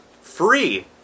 free